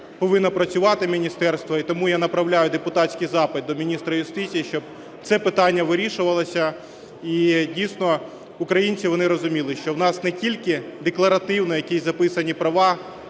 Повинно працювати міністерство, і тому я направляю депутатський запит до міністра юстиції, щоб це питання вирішувалося і дійсно українці, вони розуміли, що в нас не тільки декларативно якісь записані права,